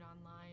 online